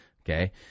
Okay